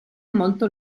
molto